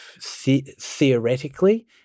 theoretically